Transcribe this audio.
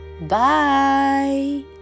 Bye